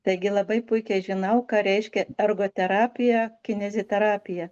taigi labai puikiai žinau ką reiškia ergoterapija kineziterapija